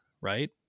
right